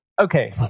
Okay